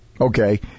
Okay